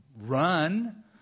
run